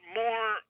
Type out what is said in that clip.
more